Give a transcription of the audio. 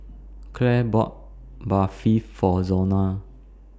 Clare bought Barfi For Zona